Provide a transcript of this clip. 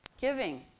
Giving